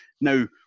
Now